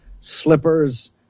slippers